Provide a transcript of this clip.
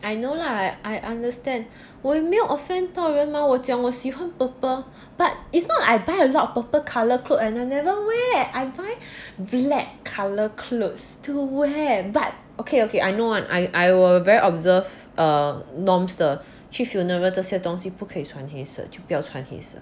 mmhmm I know lah like I understand 我也没有 offend 到人吗我讲我喜欢 purple but it's not I buy a lot of purple colour clothes and I never wear I buy black colour clothes to wear but okay okay I know [one] I I will be very observe err norms 的去 funeral 这些东西不可以穿黑色就不要穿黑色